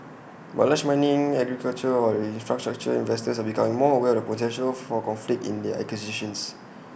but large mining agricultural or infrastructure investors are becoming more aware of the potential for conflict in their acquisitions